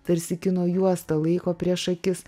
tarsi kino juostą laiko prieš akis